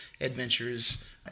adventures